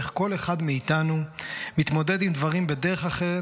ואיך כל אחד מאיתנו מתמודד עם דברים בדרך אחרת,